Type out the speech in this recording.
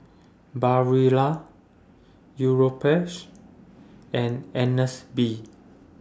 Barilla Europace and Agnes B